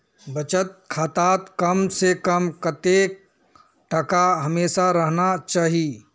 बचत खातात कम से कम कतेक टका हमेशा रहना चही?